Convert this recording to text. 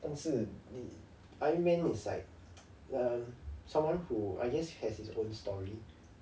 但是 iron man looks like ya loh someone who I guess has his own story